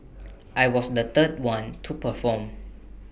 I was the third one to perform